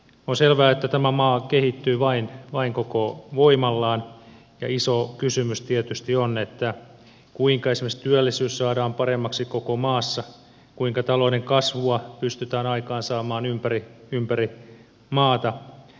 on selvää että tämä maa kehittyy vain koko voimallaan ja iso kysymys tietysti on kuinka esimerkiksi työllisyys saadaan paremmaksi koko maassa kuinka talouden kasvua pystytään aikaansaamaan ympäri maata